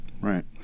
Right